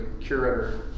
curator